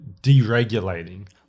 deregulating